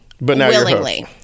Willingly